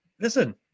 Listen